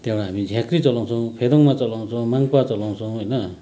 त्यहाँबाट हामी झाँक्री चलाउँछौँ फेदाङ्ग्मा चलाउँछौँ माङ्ग्पा चलाउँछौँ होइन